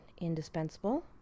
indispensable